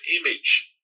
image